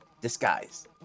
Disguise